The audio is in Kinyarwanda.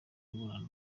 imibonano